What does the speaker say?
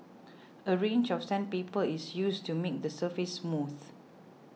a range of sandpaper is used to make the surface smooth